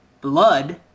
Blood